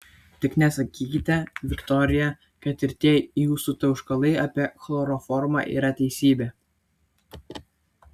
tik nesakykite viktorija kad ir tie jūsų tauškalai apie chloroformą yra teisybė